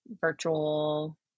virtual